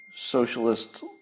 socialist